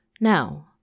Now